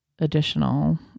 additional